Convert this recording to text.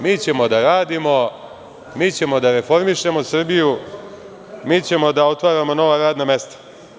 Mi ćemo da radimo, mi ćemo da reformišemo Srbiju, mi ćemo da otvaramo nova radna mesta.